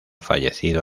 fallecido